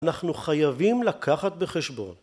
אנחנו חייבים לקחת בחשבון